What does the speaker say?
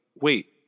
wait